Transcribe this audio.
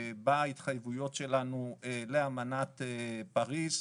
בהתחייבויות שלנו לאמנת פריז,